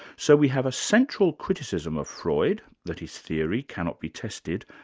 so we have a central criticism of freud that his theory cannot be tested,